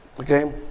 Okay